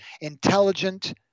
intelligent